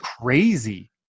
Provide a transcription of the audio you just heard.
crazy